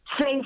say